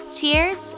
Cheers